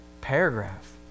paragraph